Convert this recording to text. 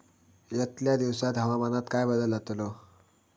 यतल्या दिवसात हवामानात काय बदल जातलो?